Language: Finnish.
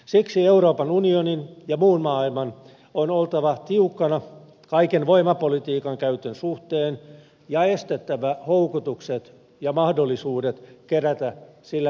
siksi euroopan unionin ja muun maailman on oltava tiukkana kaiken voimapolitiikan käytön suhteen ja estettävä houkutukset ja mahdollisuudet kerätä sillä pikavoittoja